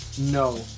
No